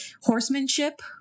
horsemanship